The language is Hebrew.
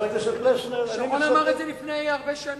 שרון אמר את זה לפני הרבה שנים.